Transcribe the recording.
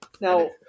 Now